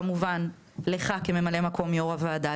כמובן לך כממלא מקום יו"ר הוועדה,